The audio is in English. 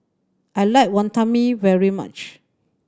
I like Wantan Mee very much